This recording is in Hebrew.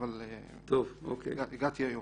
אבל הגעתי היום.